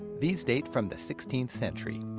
these date from the sixteenth century.